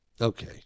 Okay